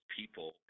people